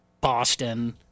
Boston